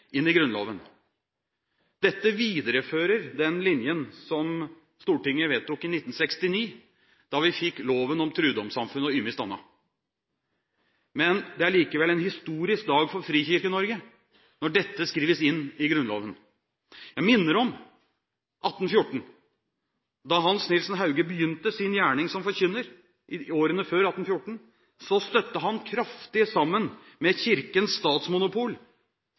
Dette viderefører den linjen som Stortinget vedtok i 1969, da vi fikk loven om «trudomssamfunn og ymist anna». Det er likevel en historisk dag for Frikirke-Norge når dette skrives inn i Grunnloven. Jeg minner om at da Hans Nielsen Hauge begynte sin gjerning som forkynner i årene før 1814, støtte han kraftig sammen med Kirkens statsmonopol.